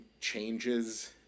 changes